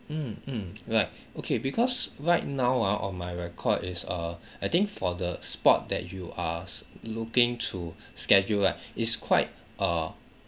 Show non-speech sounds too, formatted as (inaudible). mm mm right okay because right now ah on my record is uh I think for the spot that you are looking to schedule right is quite uh (noise)